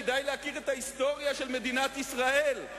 כדאי להכיר את ההיסטוריה של מדינת ישראל.